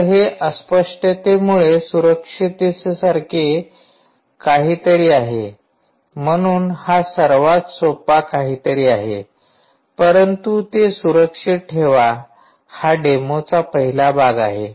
तर हे अस्पष्टतेमुळे सुरक्षिततेसारखे काहीतरी आहे म्हणून हा सर्वात सोपा काहीतरी आहे परंतु ते सुरक्षित ठेवा हा डेमोचा पहिला भाग आहे